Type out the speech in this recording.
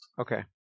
Okay